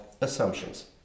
assumptions